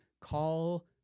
call